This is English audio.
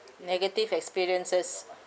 negative experiences